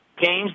games